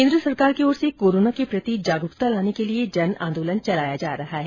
केन्द्र सरकार की ओर से कोरोना के प्रति जागरूकता लाने के लिए जन आंदोलन चलाया जा रहा है